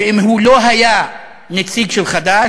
ואם הוא לא היה נציג של חד"ש,